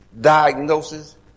diagnosis